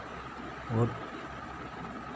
और